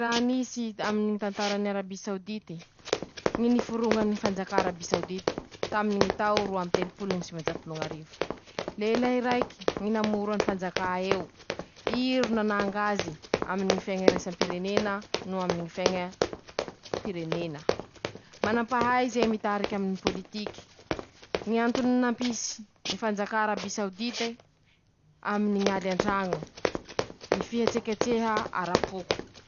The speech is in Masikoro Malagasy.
Raha nisy aminy ñy tantarany Araby saodite: ñy niforoñany fanjakà Araby saodite, taminy ñy tao roa amby teloplo no sivanjato noho ñ'arivo, lelahy raiky namoro fanjakaeo, ii ro nanang'azy aminy ñy fiaina iraisampirenena noho aminy ñy fiaiña pirenena; manapahaizey mitariky amin pôlitiky, ñ'antony nampisy ñy fanjakà Araby saodite, aminy ñ'aly antraño, ñy fietseketseha arapoko.